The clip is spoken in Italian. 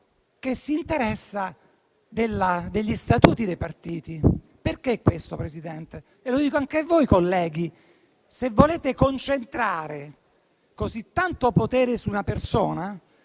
che si interessa degli statuti dei partiti. Perché questo, Presidente? Lo dico anche a voi, colleghi: se volete concentrare così tanto potere su una persona,